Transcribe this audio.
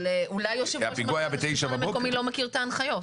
אבל אולי ראש השלטון המקומי לא מכיר את ההנחיות.